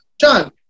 John